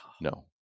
No